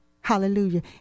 Hallelujah